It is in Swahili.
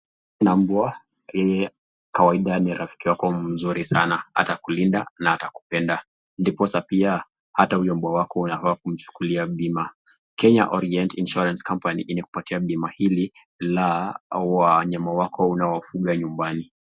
Mbwa yeye kawaida ni rafiki wako mzuri sana. Atakulinda na atakupenda. Ndiposa pia hata huyo mbwa wako inafaa kumchukulia bima. Kenya Orient Insurance Company inakupatia bima hili la wanyama wako unaowafuga nyumbani.